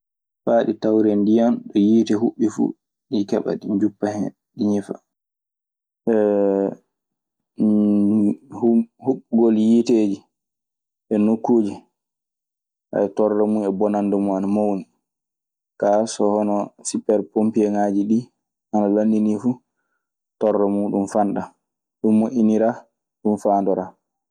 Faa ɗi tawree ndiyam ɗo yiite huɓɓi fuu, ɗi keɓa ɗi njuppa hen ɗi ñifa. huɓɓugol yiiteeji e nokkuuje, torla mun e bonande mun ana mawni. Kaa, sipper ponpiŋaaji ɗii ana lanninii fu, torla muuɗun fanɗan. Ɗun moƴƴiniraa. Ɗun faandoraa.